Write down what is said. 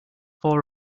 four